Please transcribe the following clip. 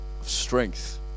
strength